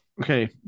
okay